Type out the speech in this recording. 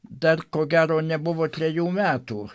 dar ko gero nebuvo trejų metų